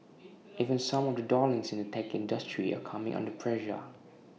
even some of the darlings in the tech industry are coming under pressure